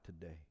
today